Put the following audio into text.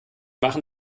machen